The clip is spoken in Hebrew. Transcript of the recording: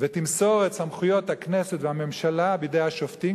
ותמסור את סמכויות הכנסת והממשלה בידי השופטים,